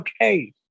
okay